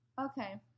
Okay